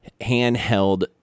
handheld